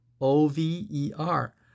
O-V-E-R